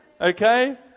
Okay